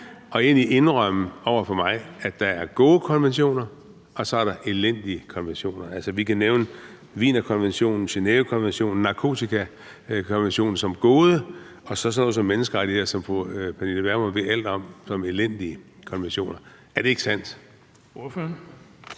igen og indrømme over for mig, at der er gode konventioner, og så er der elendige konventioner. Altså, vi kan nævne Wienerkonventionen, Genèvekonventionen, narkotikakonventionen som gode og så sådan noget som konventioner om menneskerettigheder, som fru Pernille Vermund ved alt om, som elendige konventioner. Er det ikke sandt?